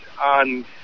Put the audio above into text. on